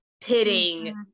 pitting